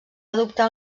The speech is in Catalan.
adoptar